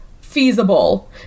feasible